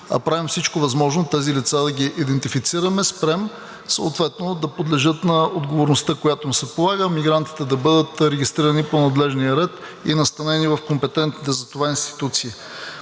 правим всичко възможно тези лица да ги идентифицираме, спрем, съответно да подлежат на отговорността, която им се полага – мигрантите да бъдат регистрирани по надлежния ред и настанени в компетентните за това институции.